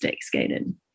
skated